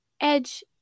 Edge